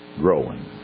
growing